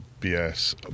BS